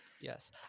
Yes